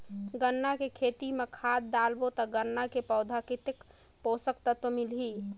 गन्ना के खेती मां खाद डालबो ता गन्ना के पौधा कितन पोषक तत्व मिलही?